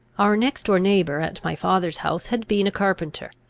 our next-door neighbour at my father's house had been a carpenter.